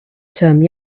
term